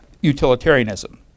utilitarianism